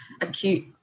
acute